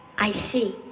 i see.